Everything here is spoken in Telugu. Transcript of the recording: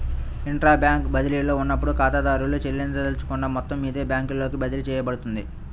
ఇంట్రా బ్యాంక్ బదిలీలో ఉన్నప్పుడు, ఖాతాదారుడు చెల్లించదలుచుకున్న మొత్తం అదే బ్యాంకులోకి బదిలీ చేయబడుతుంది